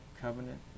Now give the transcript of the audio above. covenant